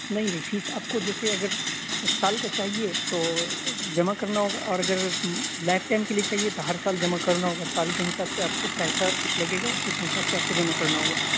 نہیں نہیں فیس آپ کو جیسے اگر سال کا چاہیے تو جمع کرنا ہوگا اور اگر لائف ٹائم کے لیے چاہیے تو ہر سال جمع کرنا ہوگا سال کے حساب سے آپ کو پیسہ لگے گا اسی حساب سے آپ کو جمع کرنا ہوگا